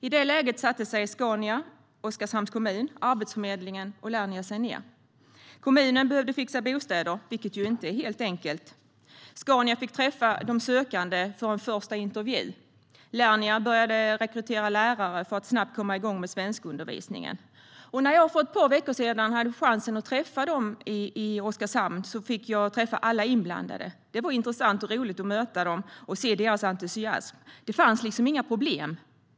I det läget satte sig Scania, Oskarshamns kommun, Arbetsförmedlingen och Lernia ned. Kommunen behövde fixa bostäder, vilket inte är helt enkelt. Scania fick träffa de sökande för en första intervju. Lernia började rekrytera lärare för att snabbt kunna komma igång med svenskundervisningen. När jag för ett par veckor sedan hade chansen att träffa dem i Oskarshamn fick jag träffa alla inblandade. Det var intressant och roligt att möta dem och se deras entusiasm. Det fanns liksom inga problem.